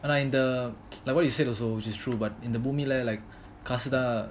அனா இந்த:ana intha like what you said also which is true but in the இந்த பூமில:intha bumila like காசு தான்:kaasu thaan